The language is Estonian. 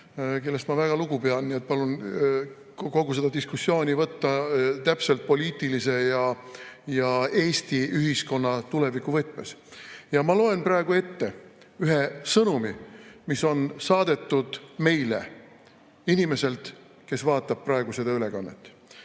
kellest ma väga lugu pean! Nii et palun kogu seda diskussiooni võtta täpselt poliitilises ja Eesti ühiskonna tuleviku võtmes. Ja ma loen praegu ette ühe sõnumi, mille on saatnud meile inimene, kes vaatab praegu seda ülekannet.